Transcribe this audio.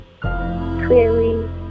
Clearly